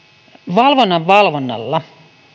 valvonnan valvonnalla